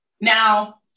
now